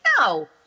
no